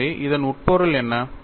எனவே இதன் உட்பொருள் என்ன